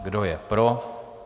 Kdo je pro.